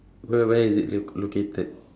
where where is it l~ located